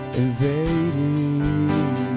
invading